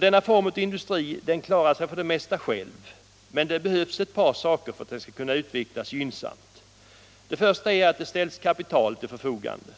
Denna form av industri klarar sig för det mesta själv men det behövs ett par saker för att den skall kunna utvecklas gynnsamt. Den första är att det ställs kapital till förfogande.